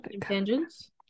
tangents